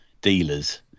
dealers